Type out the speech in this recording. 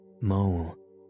mole